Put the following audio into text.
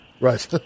right